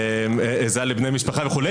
עזרה לבני משפחה וכו',